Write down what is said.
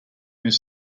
their